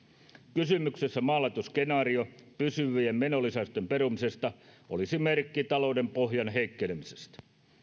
kysymyksessä maalailtu skenaario pysyvien menolisäysten perumisesta olisi merkki talouden pohjan heikkenemisestä